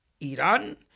Iran